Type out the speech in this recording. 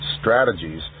strategies